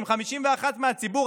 שהן 51% מהציבור.